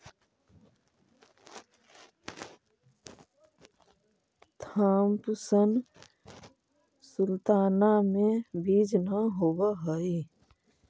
Thompson sultana में बीज न होवऽ हई